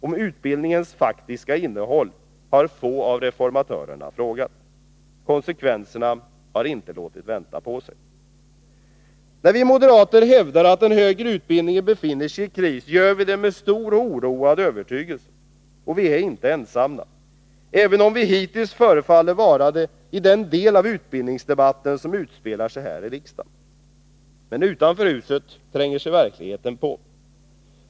Om utbildningens faktiska innehåll har få av reformatörerna frågat. Konsekvenserna har inte låtit vänta på sig. När vi moderater hävdar att den högre utbildningen befinner sig i kris gör vi det med stor — och oroad —- övertygelse. Och vi är inte ensamma, även om vi hittills förefaller vara det i den del av utbildningsdebatten som utspelar sig här i riksdagen. Men utanför huset tränger sig verkligheten på.